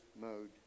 mode